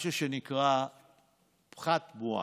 משהו שנקרא "פחת מואץ".